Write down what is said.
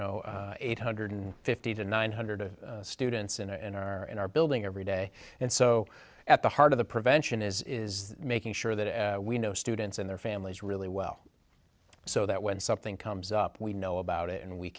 know eight hundred fifty to nine hundred students in and are in our building every day and so at the heart of the prevention is is making sure that we know students and their families really well so that when something comes up we know about it and we